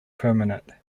permanent